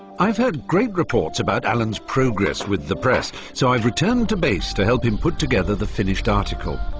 i've heard great reports about alan's progress with the press, so i've returned to base to help him put together the finished article.